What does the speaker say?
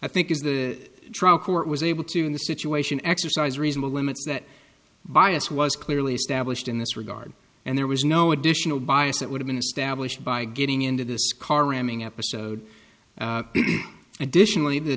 i think is the trial court was able to in the situation exercise reasonable limits that bias was clearly established in this regard and there was no additional bias that would have been established by getting into this car ramming episode additionally the